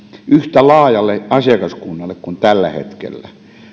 yhtä laajalle asiakaskunnalle kuin tällä hetkellä